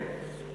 אני מסיים.